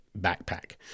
backpack